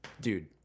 dude